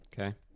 Okay